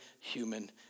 human